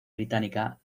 británica